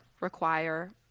require